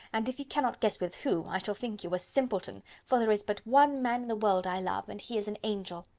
and if you cannot guess with who, i shall think you a simpleton, for there is but one man in the world i love, and he is an angel.